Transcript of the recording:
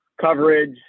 coverage